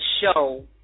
show